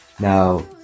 Now